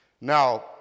Now